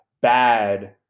bad